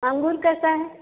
अंगूर कैसा है